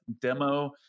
demo